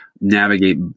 navigate